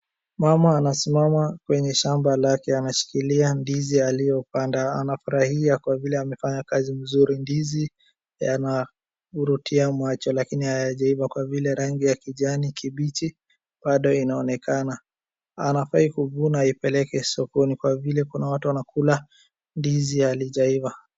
Mama anasimama kwenye shamba lake, anashikilia ndizi aliyopanda, anafurahia kwa vile amefanya kazi mzuri. Ndizi ya yanavurutia macho lakini hayajaiva kwa vile rangi ya kijani kibichi, bado inaonekana anafaa kuvuna aipeleke sokoni kwa vile kuna watu wanakula, ndizi halijaiva.